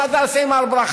מה תעשה עם הר ברכה?